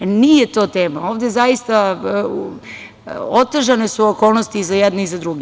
Nije to tema, ovde zaista, otežane su okolnosti i za jedne i za druge.